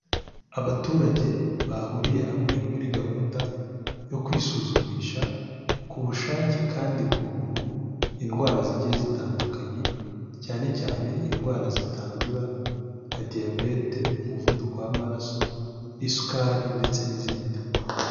Abaturage bahuriye hamwe muri gahunda yo kwisuzumisha, ku bushake kandi ku buntu indwara zigiye zitandukanye, cyane cyane indwara zitandura nka diyabete, umuvuduko w'amaraso, isukari ndetse n'izindi.